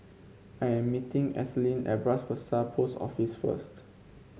I am meeting Ethelyn at Bras Basah Post Office first